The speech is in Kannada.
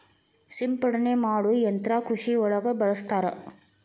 ಸಿಂಪಡನೆ ಮಾಡು ಯಂತ್ರಾ ಕೃಷಿ ಒಳಗ ಬಳಸ್ತಾರ